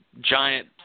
giant